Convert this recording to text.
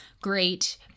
great